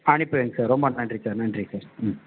அனுப்பிடுறேங்க sir ரொம்ப நன்றி sir நன்றி சார் ம்